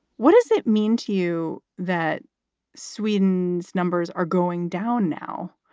what does it mean to you that sweden's numbers are going down now?